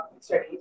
studies